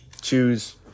choose